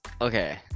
Okay